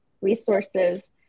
resources